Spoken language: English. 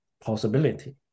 possibility